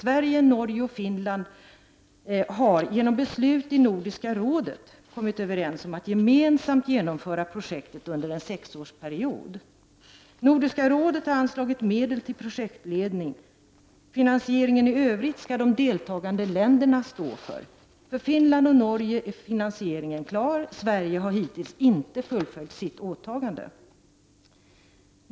Sverige, Norge och Finland har genom beslut i Nordiska rådet kommit överens om att gemensamt genomföra projektet under en sexårsperiod. Nordiska rådet har anslagit medel till projektledning. Finansieringen i övrigt skall de deltagande länderna stå för. För Finland och Norge är finansieringen klar. Sverige har hittills inte fullföljt sitt åtagande.